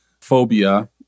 phobia